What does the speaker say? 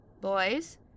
Boys